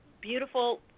beautiful